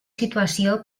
situació